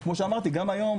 וכמו שאמרתי גם היום,